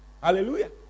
Hallelujah